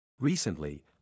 recently